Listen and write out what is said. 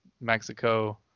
Mexico